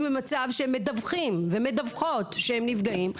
במצב שהם מדווחים ומדווחות שהם נפגעים,